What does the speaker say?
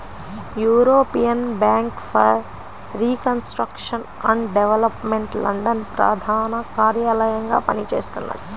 European Bank for Reconstruction and Development London ప్రధాన కార్యాలయంగా పనిచేస్తున్నది